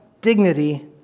dignity